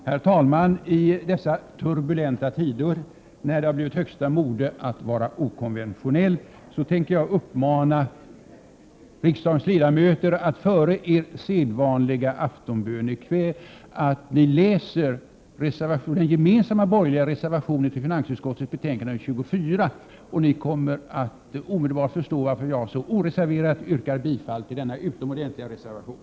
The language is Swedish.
Herr talman! I dessa turbulenta tider där det är högsta mode att vara okonventionell, tänker jag uppmana riksdagens ledamöter att före er sedvanliga aftonbön i kväll läsa den gemensamma borgerliga reservationen som är fogad till finansutskottets betänkande 24. Ni kommer omedelbart att förstå varför jag så oreserverat yrkar bifall till denna utomordentliga reservation.